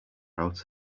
out